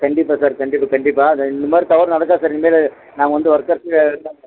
கண்டிப்பாக சார் கண்டிப்பாக கண்டிப்பாக அதை இந்த மாதிரி தவறு நடக்காது சார் இனிமேல் நான் வந்து ஒர்க்கர்ஸ்ஸு